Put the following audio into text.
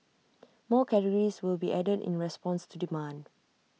more categories will be added in response to demand